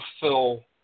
fill